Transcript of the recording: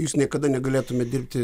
jūs niekada negalėtumėt dirbti